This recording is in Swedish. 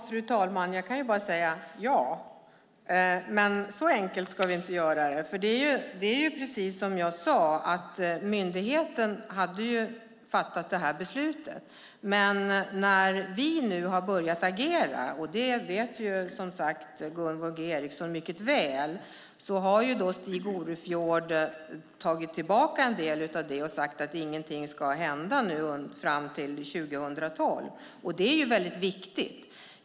Fru talman! Jag kan bara säga ja, men så enkelt ska vi inte göra det. Det är nämligen precis som jag sade så att myndigheten hade fattat detta beslut, men när vi nu har börjat agera - och det vet Gunvor G Ericson som sagt mycket väl - har Stig Orustfjord tagit tillbaka en del och sagt att ingenting ska hända fram till 2012. Det är väldigt viktigt.